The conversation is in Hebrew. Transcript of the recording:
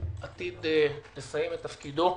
שעתיד לסיים את תפקידו.